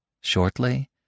Shortly